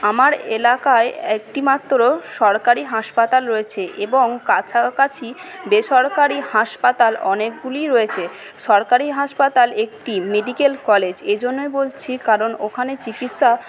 আমার এলাকায় একটিমাত্র সরকারি হাসপাতাল রয়েছে এবং কাছাকাছি বেসরকারি হাসপাতাল অনেকগুলিই রয়েছে সরকারি হাসপাতাল একটি মেডিকেল কলেজ এ জন্যই বলছি কারণ ওখানে চিকিৎসা